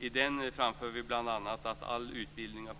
I den framför vi bl.a. att all utbildning av